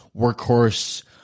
workhorse